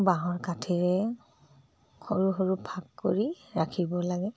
বাঁহৰ কাঠিৰে সৰু সৰু ফাঁক কৰি ৰাখিব লাগে